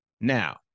Now